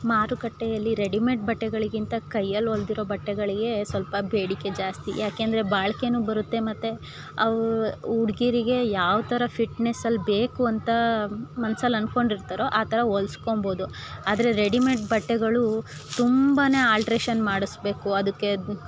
ಮಾರುಕಟ್ಟೆಯಲ್ಲಿ ರೆಡಿಮೇಡ್ ಬಟ್ಟೆಗಳಿಗಿಂತ ಕೈಯಲ್ಲಿ ಹೊಲ್ದಿರೋ ಬಟ್ಟೆಗಳಿಗೆ ಸ್ವಲ್ಪ ಬೇಡಿಕೆ ಜಾಸ್ತಿ ಯಾಕಂದ್ರೆ ಬಾಳಿಕೆನು ಬರುತ್ತೆ ಮತ್ತು ಅವು ಹುಡ್ಗಿರಿಗೆ ಯಾವ ಥರ ಫಿಟ್ನೆಸ್ ಅಲ್ಲಿ ಬೇಕು ಅಂತಾ ಮನ್ಸಲ್ಲಿ ಅನ್ಕೊಂಡು ಇರ್ತಾರೋ ಆ ಥರ ಹೊಲಿಸ್ಕೊಂಬೋದು ಆದರೆ ರೆಡಿಮೇಡ್ ಬಟ್ಟೆಗಳು ತುಂಬಾ ಆಲ್ಟ್ರೇಶನ್ ಮಾಡಿಸ್ಬೇಕು ಅದಕ್ಕೆ